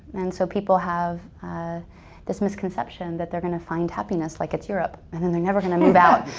and so people have ah this misconception that they're gonna find happiness like it's europe and and they're never gonna move out.